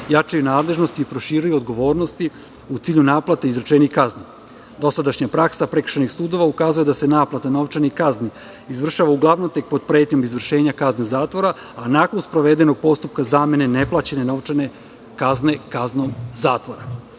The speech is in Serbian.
jačaju nadležnosti i proširuju odgovornosti u cilju naplate izrečenih kazni. Dosadašnja praksa prekršajnih sudova ukazuje da se naplata novčanih kazni izvršava uglavnom tek pod pretnjom izvršenja kazni zatvora, a nakon sprovedenog postupka zamene neplaćene novčane kazne kaznom zatvora.